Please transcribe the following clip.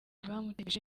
bamutegereje